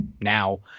now